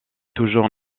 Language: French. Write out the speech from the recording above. toujours